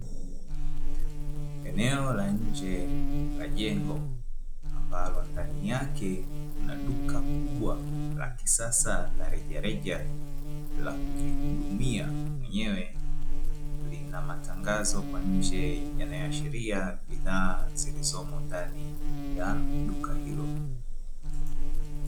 Eneo la nje la jengo ambalo ndani yake kuna duka kubwa la kisasa la rejareja la kujihudumia mwenyewe, lina matangazo kwa nje yanayoashiria bidhaa zilizomo ndani ya duka hilo.